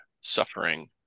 suffering